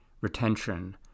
retention